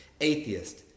atheist